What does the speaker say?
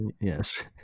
Yes